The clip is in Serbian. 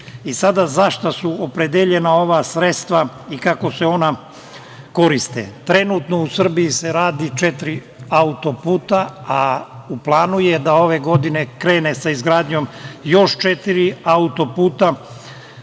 i sada zašta su opredeljena ova sredstva i kako se ona koriste. Trenutno u Srbiji se radi četiri autoputa, a u planu je da ove godine se krene sa izgradnjom još četiri autoputa.